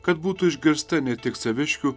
kad būtų išgirsta ne tik saviškių